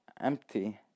empty